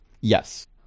Yes